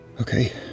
Okay